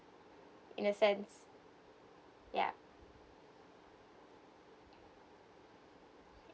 in a sense yeah